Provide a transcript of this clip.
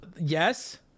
yes